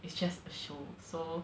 it's just a show so